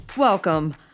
Welcome